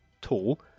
tall